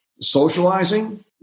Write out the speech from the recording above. Socializing